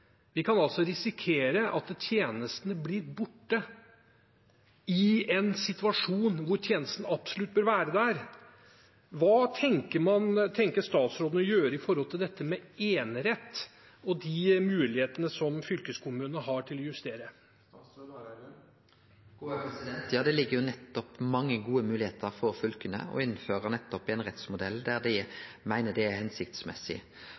Vi kan altså risikere at tjenesten blir borte i en situasjon hvor tjenesten absolutt bør være der. Hva tenker statsråden å gjøre med tanke på dette med enerett og de mulighetene som fylkeskommunene har til å justere? Det ligg jo nettopp mange gode moglegheiter for fylka til å innføre nettopp einerettsmodellen der dei meiner det er hensiktsmessig.